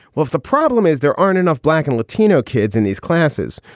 well, if the problem is there aren't enough black and latino kids in these classes,